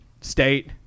State